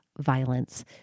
violence